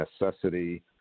necessity